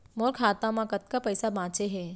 मोर खाता मा कतका पइसा बांचे हे?